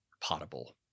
potable